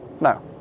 No